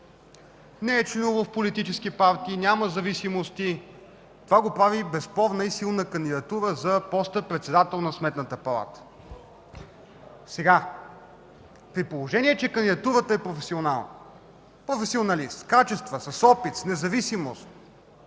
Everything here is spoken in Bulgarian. не е членувал в политически партии, няма зависимости. Това го прави безспорна и силна кандидатура за поста председател на Сметната палата. При положение че кандидатурата е професионална, професионалист, с качества, с опит, с независимост,